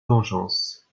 vengeance